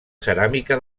ceràmica